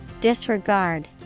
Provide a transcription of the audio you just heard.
Disregard